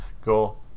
cool